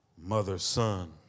mother-son